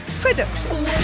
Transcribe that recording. production